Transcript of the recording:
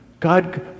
God